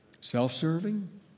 Self-serving